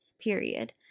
period